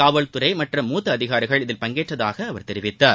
காவல்துறை மற்றும் மூத்த அதிகாரிகள் இதில் பங்கேற்றதாக அவர் கூறினார்